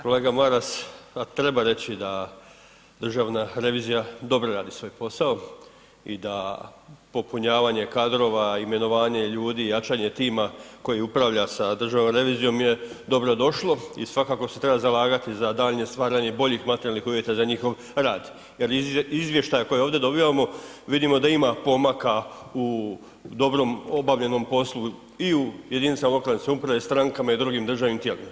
Kolega Maras, a treba reći da državna revizija dobro radi svoj posao i da popunjavanje kadrova, imenovanje ljudi, jačanje tima koji upravlja sa državnom revizijom je dobro došlo i svakako se treba zalagati za daljnje stvaranje boljih materijalnih uvjeta za njihov rad jer iz izvještaja koji ovdje dobivamo vidimo da ima pomaka u dobro obavljenom poslu i u jedinicama lokalne samouprave, strankama i drugim državnim tijelima.